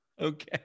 Okay